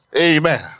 Amen